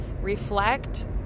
reflect